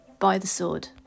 ByTheSword